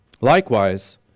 Likewise